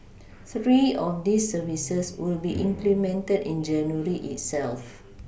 three of these services will be implemented in January itself